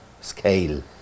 scale